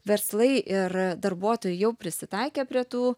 verslai ir darbuotojai jau prisitaikė prie tų